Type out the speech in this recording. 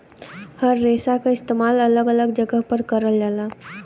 हर रेसा क इस्तेमाल अलग अलग जगह पर करल जाला